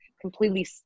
completely